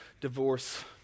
divorce